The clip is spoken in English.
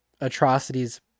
atrocities